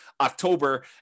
October